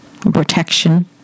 protection